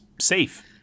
safe